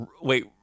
wait